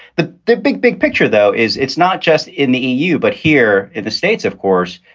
the the big, big picture, though, is it's not just in the eu, but here in the states. of course,